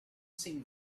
seemed